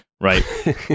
right